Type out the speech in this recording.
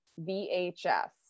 VHS